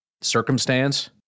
Circumstance